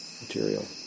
material